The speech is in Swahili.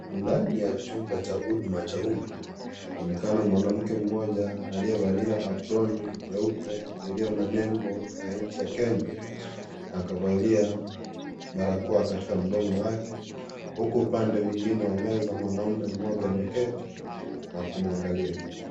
Ndani ya chumba cha huduma cha umma, aonekana mwanamke mmoja aliyevalia aproni nyeupe iliyo na nembo ya nchi ya Kenya na kavalia barakoa katika mdomo wake, huku upande mwengine wa meza mwanaume mmoja ameketi na kumwangalia.